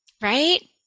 right